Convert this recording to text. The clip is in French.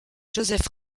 josef